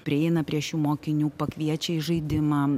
prieina prie šių mokinių pakviečia į žaidimą